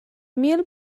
mil